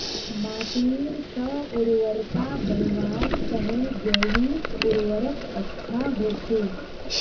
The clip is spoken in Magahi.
माटीर स्व उर्वरता बढ़वार तने जैविक उर्वरक अच्छा होचे